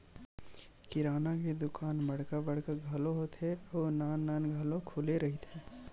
किराना के दुकान बड़का बड़का घलो होथे अउ नान नान घलो खुले रहिथे